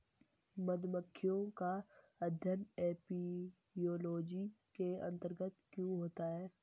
मधुमक्खियों का अध्ययन एपियोलॉजी के अंतर्गत क्यों होता है?